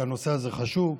כי הנושא הזה חשוב.